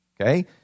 Okay